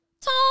Tom